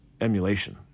emulation